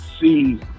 see